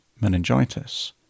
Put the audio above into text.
meningitis